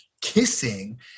kissing